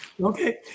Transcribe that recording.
Okay